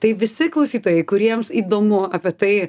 tai visi klausytojai kuriems įdomu apie tai